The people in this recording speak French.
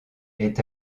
est